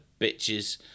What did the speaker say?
bitches